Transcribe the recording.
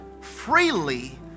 freely